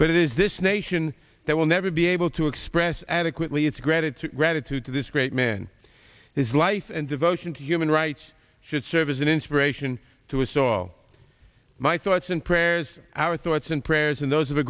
but it is this nation that will never be able to express adequately its gratitude gratitude to this great man his life and devotion to human rights should serve as an inspiration to us all my thoughts and prayers our thoughts and prayers and those